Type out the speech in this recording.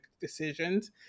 decisions